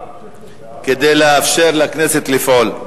כדי לאפשר לכנסת לפעול.